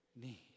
need